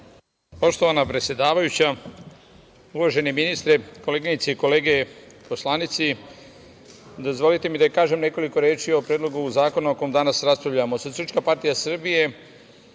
Poštovana predsedavajuća, uvaženi ministre, koleginice i kolege poslanici, dozvolite mi da kažem nekoliko reči o predlogu zakona o kom danas raspravljamo.